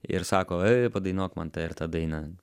ir sako ei padainuok man tą ir tą dainą